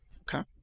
Okay